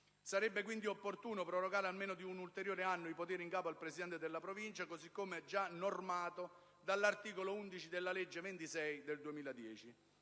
Sarebbe, quindi, opportuno prorogare almeno di un ulteriore anno i poteri in capo al presidente della Provincia, così come già normato dall'articolo 11 della legge n. 26 del 2010.